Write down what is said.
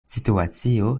situacio